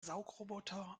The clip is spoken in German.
saugroboter